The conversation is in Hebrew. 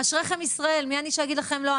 אשריכם ישראל, מי אני שאגיד לכם לא.